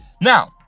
Now